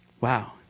Wow